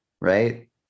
right